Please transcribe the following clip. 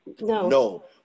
No